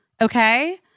Okay